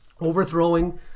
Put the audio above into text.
overthrowing